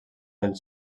del